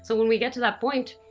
so when we get to that point,